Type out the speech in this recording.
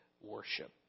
worship